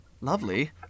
Lovely